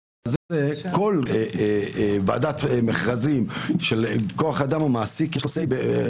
כל ועדת מכרזים של כוח אדם או מעסיק יש לו אמירה,